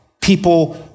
people